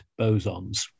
bosons